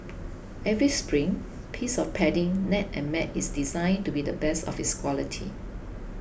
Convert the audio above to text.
every spring piece of padding net and mat is designed to be the best of its quality